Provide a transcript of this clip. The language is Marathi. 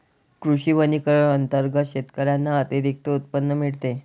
कृषी वनीकरण अंतर्गत शेतकऱ्यांना अतिरिक्त उत्पन्न मिळते